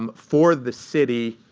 um for the city,